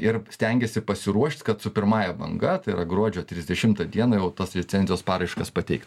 ir stengiasi pasiruošt kad su pirmąja bangatai yra gruodžio trisdešimtą dieną jau tas licencijos paraiškas pateikt